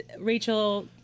Rachel